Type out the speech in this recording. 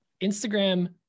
Instagram